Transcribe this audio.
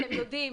אתם יודעים,